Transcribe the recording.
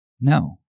No